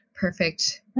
Perfect